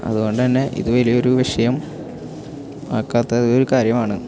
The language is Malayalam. അതുകൊണ്ട് തന്നെ ഇത് വലിയൊരു വിഷയം ആക്കാത്തത് ഒരു കാര്യമാണ്